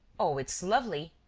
oh, it's lovely!